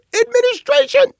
administration